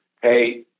hey